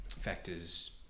factors